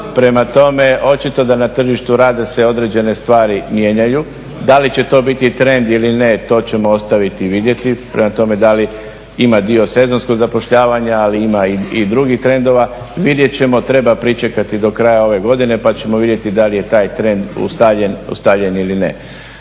prema tome očito da na tržištu rada se određene stvari mijenjaju, da li će to biti trend ili ne, to ćemo ostaviti i vidjeti, prema tome da li ima dio sezonskog zapošljavanja, ali ima i drugih trendova. Vidjet ćemo treba pričekati do kraja ove godine pa ćemo vidjeti da li je taj trend ustaljen ili ne.